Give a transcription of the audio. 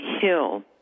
Hill